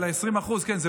על ה-20% כן,